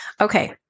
Okay